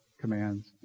commands